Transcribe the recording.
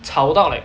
吵到 like